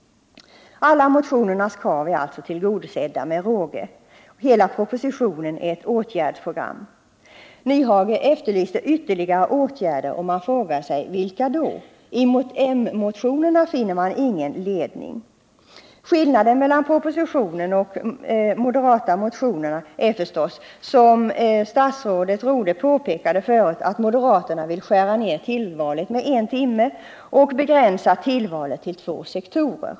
Alla krav i motionerna är alltså tillgodosedda med råge. Hela propositionen är ett åtgärdsprogram. Hans Nyhage efterlyste ytterligare åtgärder, och man frågar sig: Vilka då? Moderatmotionerna ger ingen ledning. Skillnaden mellan propositionen och de moderata motionerna är förstås, som statsrådet Rodhe påpekade, att moderaterna vill skära ned tiden för tillvalsämnena med en veckotimme och begränsa tillvalet till två sektorer.